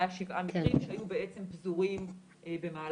היו שבעה מקרים שהיו בעצם פזורים במהלך